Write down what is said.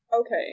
okay